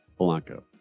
Polanco